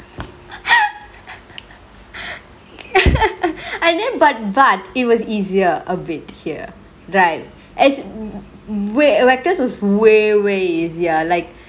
ah then but but it was easier a bit here right as way vectors was way way easier like